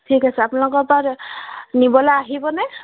ঠিক আছে আপোনালোকপৰা নিবলৈ আহিবনে